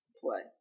play